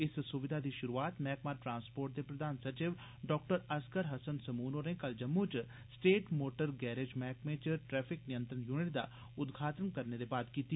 इस सुविधा दी शुरुआत मैहकमा ट्रांस्पोर्ट दे प्रधान सचिव डाक्टर असगर हसन सामून होरें कल जम्मू च स्टेट मोटर गैरेज मैहकमे च ट्रैफिक नियंत्रण युनिट दा उदघाटन करने दे बाद कीती